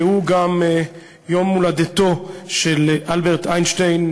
שהוא גם יום הולדתו של אלברט איינשטיין,